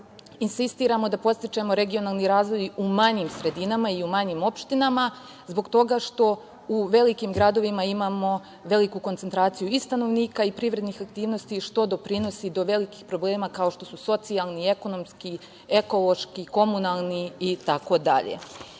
insistiramo da podstičemo regionalni razvoj u manjim sredinama i u manjim opštinama, zbog toga što u velikim gradovima imamo veliku koncentraciju i stanovnika i privrednih aktivnosti što doprinosi do velikih problema kao što su socijalni, ekonomski, ekološki, komunalni itd. Da